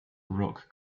rock